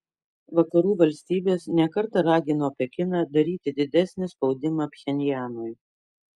vakarų valstybės ne kartą ragino pekiną daryti didesnį spaudimą pchenjanui